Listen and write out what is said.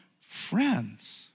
friends